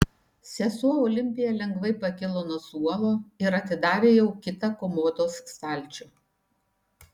sesuo olimpija lengvai pakilo nuo suolo ir atidarė jau kitą komodos stalčių